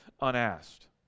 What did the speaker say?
unasked